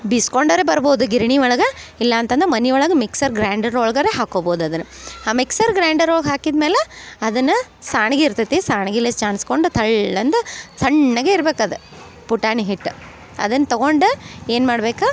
ಬಿಸ್ಕೊಂಡಾರ ಬರ್ಬೋದು ಗಿರಿಣಿ ಒಳಗೆ ಇಲ್ಲ ಅಂತಂದು ಮನೆ ಒಳಗ ಮಿಕ್ಸರ್ ಗ್ರ್ಯಾಂಡರ್ ಒಳ್ಗರ ಹಾಕೊಬೋದು ಅದನ್ನ ಆ ಮಿಕ್ಸರ್ ಗ್ರ್ಯಾಂಡರ್ ಒಳಗ ಹಾಕಿದ ಮೇಲೆ ಅದನ್ನ ಸಣ್ಗ ಇರ್ತೈತಿ ಸಣ್ಗ ಇಲ್ಲೆ ಚಾಣ್ಸ್ಕೊಂಡು ತಳ ಎಂದು ಸಣ್ಣಗೆ ಇರ್ಬೇಕು ಅದ ಪುಟಾಣಿ ಹಿಟ್ಟು ಅದನ್ನ ತಗೊಂಡು ಏನು ಮಾಡ್ಬೇಕು